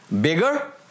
bigger